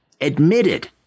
admitted